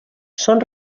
són